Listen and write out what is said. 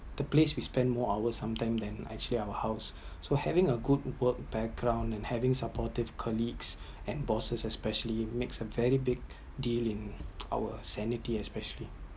the place we spend more hours some time than actually our house so having a good work background and having supportive colleagues and bosses especially make a very big deal in our sanity especially